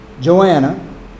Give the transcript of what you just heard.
Joanna